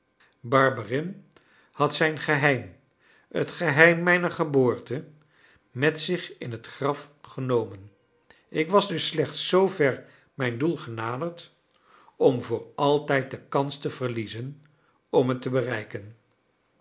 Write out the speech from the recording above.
barberin had zijn geheim het geheim mijner geboorte met zich in t graf genomen ik was dus slechts z ver mijn doel genaderd om voor altijd de kans te verliezen om het te bereiken